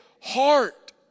heart